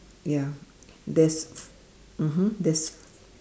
ya there's mmhmm there's